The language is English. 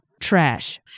trash